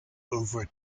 over